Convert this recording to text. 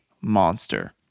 monster